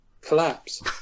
collapse